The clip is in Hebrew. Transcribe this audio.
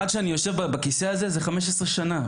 ועד שאני יושב בכיסא הזה, עוברות 15 שנה.